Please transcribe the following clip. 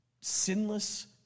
sinless